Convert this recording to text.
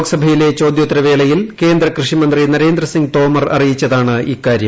ലോക്സഭയിലെ ചോദ്യോത്തര വേളയിൽ കേന്ദ്ര കൃഷിമന്ത്രി നരേന്ദ്രസിംഗ് തോമർ അറിയിച്ചതാണിക്കാര്യം